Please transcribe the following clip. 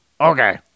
Okay